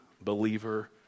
believer